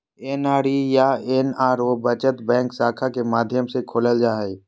NRE या NRO बचत bank खाता के माध्यम से खोलल जा हइ